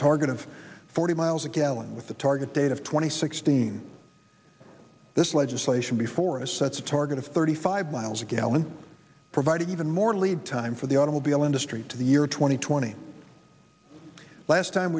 target of forty miles a gallon with the target date of twenty sixteen this legislation before it sets a target of thirty five miles a gallon providing even more lead time for the automobile industry to the year two thousand and twenty last time